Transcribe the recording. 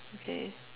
okay